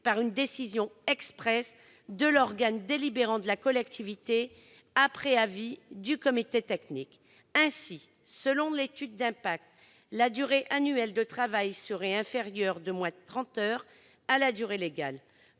par une décision expresse de l'organe délibérant de la collectivité, après avis du comité technique. Selon l'étude d'impact, la durée annuelle de travail serait inférieure de moins de 30 heures à la durée légale.